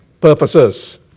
purposes